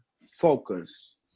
focus